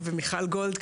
ומיכל גולד,